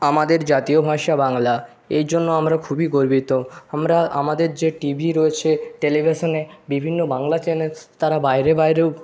আমাদের জাতীয় ভাষা বাংলা এর জন্য আমরা খুবই গর্বিত আমরা আমাদের যে টি ভি রয়েছে টেলিভিশনে বিভিন্ন বাংলা চ্যানেল তারা বাইরে বাইরেও